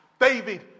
David